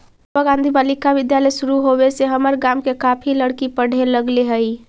कस्तूरबा गांधी बालिका विद्यालय शुरू होवे से हमर गाँव के काफी लड़की पढ़े लगले हइ